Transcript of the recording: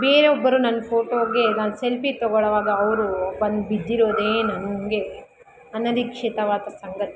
ಬೇರೊಬ್ಬರು ನನ್ನ ಫೋಟೋಗೆ ನಾನು ಸೆಲ್ಫಿ ತಗೊಳ್ಳೋವಾಗ ಅವರು ಬಂದು ಬಿದ್ದಿರೋದೇ ನನಗೆ ಅನರೀಕ್ಷಿತವಾದ ಸಂಗತಿ